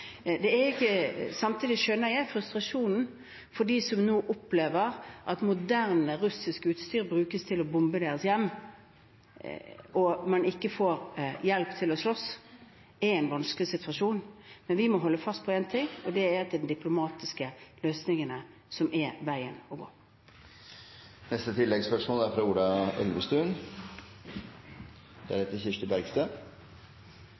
Samtidig skjønner jeg frustrasjonen hos dem som nå opplever at moderne russisk utstyr brukes til å bombe deres hjem og man ikke får hjelp til å slåss – det er en vanskelig situasjon. Men vi må holde fast på én ting, og det er at det er de diplomatiske løsningene som er veien å